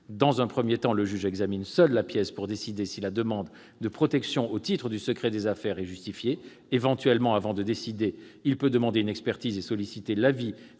Dans un premier temps, le juge examine seul la pièce pour décider si la demande de protection au titre du secret des affaires est justifiée. Éventuellement, avant de rendre sa décision, il peut demander une expertise et solliciter l'avis